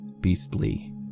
beastly